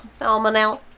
salmonella